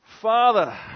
Father